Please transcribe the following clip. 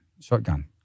shotgun